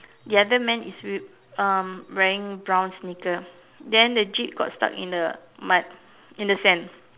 the other man is w~ um wearing brown sneaker then the jeep got stuck in the mud in the sand